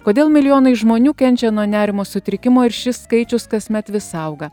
kodėl milijonai žmonių kenčia nuo nerimo sutrikimo ir šis skaičius kasmet vis auga